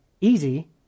Easy